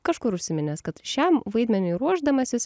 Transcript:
kažkur užsiminęs kad šiam vaidmeniui ruošdamasis